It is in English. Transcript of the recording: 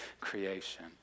creation